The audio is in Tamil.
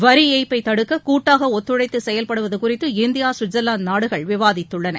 வரி ஏய்ப்பை தடுக்க கூட்டாக ஒத்துழைத்து செயல்படவது குறித்து இந்தியா ஸ்விட்சர்லாந்து நாடுகள் விவாதித்துள்ளன